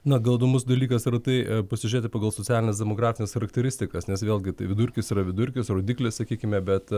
na gal įdomus dalykas yra tai pasižiūrėti pagal socialines demografines charakteristikas nes vėlgi tai vidurkis yra vidurkis rodiklis sakykime bet